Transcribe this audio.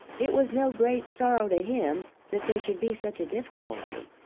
it was no great sorrow to him that there should be such a difficulty.